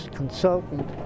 consultant